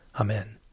Amen